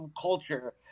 culture